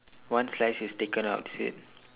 one slice is taken out is it